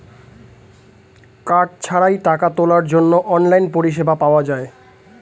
card ছাড়াই টাকা তোলার জন্য অনলাইন পরিষেবা পাওয়া যায়